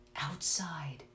Outside